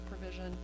provision